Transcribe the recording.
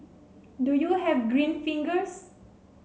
do you have green fingers